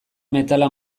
metala